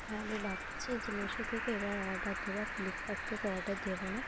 হ্যাঁ আমি ভাবছি যে মিশো থেকে এবার অর্ডার দেবো আর ফ্লিপকার্ট থেকে অর্ডার দেবো না